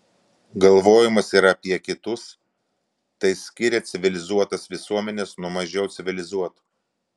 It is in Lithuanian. galvojimas ir apie kitus tai skiria civilizuotas visuomenes nuo mažiau civilizuotų